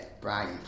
Brian